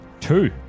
two